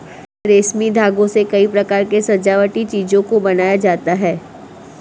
रेशमी धागों से कई प्रकार के सजावटी चीजों को बनाया जाता है